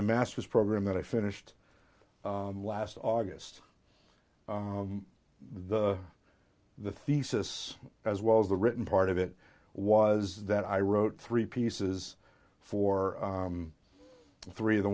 the master's program that i finished last august the the thesis as well as the written part of it was that i wrote three pieces for three of the